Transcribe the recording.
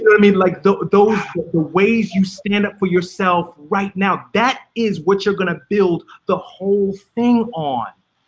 i mean? like those ways you stand up for yourself right now, that is what you're gonna build the whole thing on.